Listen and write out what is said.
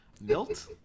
Milt